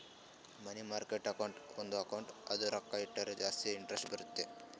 ಮನಿ market account ಒಂದ್ account ಅದ ರೊಕ್ಕಾ ಇಟ್ಟುರ ಜಾಸ್ತಿ ಇಂಟರೆಸ್ಟ್ ಬರ್ತುದ್